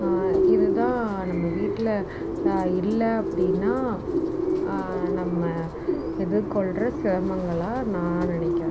இதுதான் நம்ம வீட்டில் இல்லை அப்படினா நம்ம எதிர்க்கொள்கிற சிரமங்களாக நான் நினக்கிறேன்